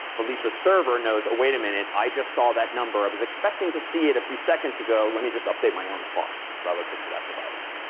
felicia's server knows, oh, wait a minute, i just saw that number. i was expecting to see it a few seconds ago. let me just update my own clock relative to that device.